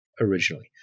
Originally